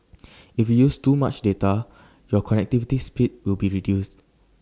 if use too much data your connectivity speed will be reduced